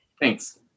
Thanks